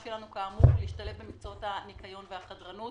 שלנו ולהשתלב במקצועות הניקיון והחדרנות,